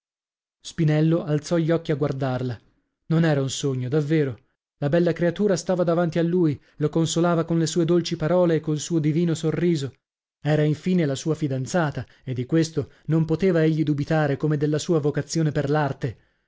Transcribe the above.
spinello alzò gli occhi a guardarla non era un sogno davvero la bella creatura stava davanti a lui lo consolava con le sue dolci parole e col suo divino sorriso era infine la sua fidanzata e di questo non poteva egli dubitare come della sua vocazione per l'arte